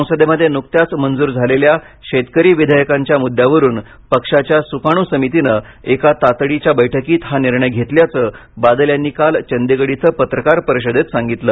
संसदेमध्ये नुकत्याच मंजूर झालेल्या शेतकरी विधेयाकांच्या मुद्द्यावरून पक्षाच्या सुकाणू समितीनं एका तातडीच्या बैठकीत हा निर्णय घेतल्याचं बादल यांनी काल चंदिगढ इथं पत्रकार परिषदेत सांगितलं